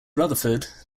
rutherford